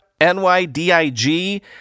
NYDIG